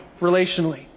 relationally